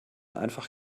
einfach